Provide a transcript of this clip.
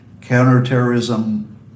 counterterrorism